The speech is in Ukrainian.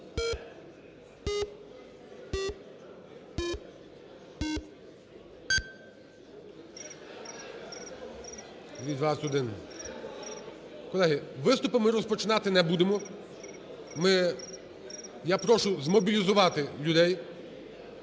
За-221 Колеги, виступи ми розпочинати не будемо. Ми… Я прошу змобілізувати людей.